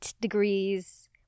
degrees